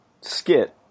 skit